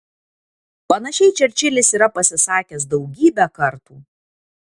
panašiai čerčilis yra pasisakęs daugybę kartų